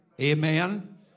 Amen